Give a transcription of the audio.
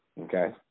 Okay